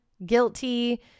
guilty